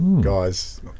guys